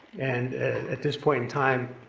and at this point in time,